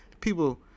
People